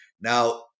Now